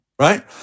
right